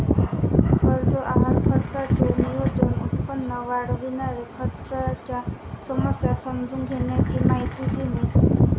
कर्ज आहार खर्चाचे नियोजन, उत्पन्न वाढविणे, खर्चाच्या समस्या समजून घेण्याची माहिती देणे